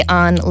on